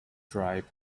stripes